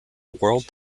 world